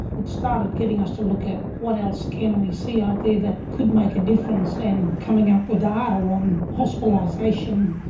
it started getting us to look at what else can we see out there that could make a difference and coming up with data on hospitalisation,